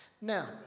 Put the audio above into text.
Now